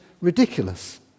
ridiculous